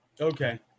Okay